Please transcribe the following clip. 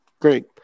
great